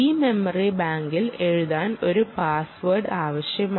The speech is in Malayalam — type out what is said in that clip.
ഈ മെമ്മറി ബാങ്കിൽ എഴുതാൻ ഒരു പാസ് വേഡ് ആവശ്യമാണ്